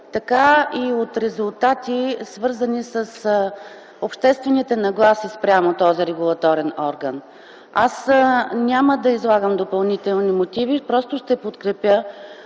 така и от резултати, свързани с обществените нагласи спрямо този регулаторен орган. Аз няма да излагам допълнителни мотиви, просто ще подкрепя